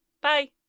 Bye